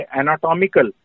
anatomical